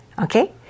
Okay